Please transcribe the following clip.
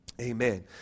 Amen